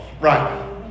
Right